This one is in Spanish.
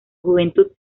juventud